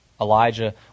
Elijah